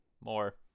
more